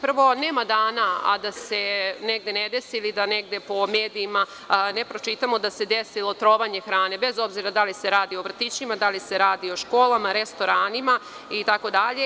Prvo, nema dana, a da se negde ne desi ili da negde po medijima ne pročitamo da se desilo trovanje hrane, bez obzira da li se radi o vrtićima, da li se radi o školama, restoranima itd.